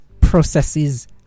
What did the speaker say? processes